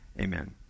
amen